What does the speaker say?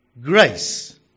grace